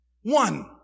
One